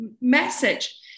message